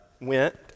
went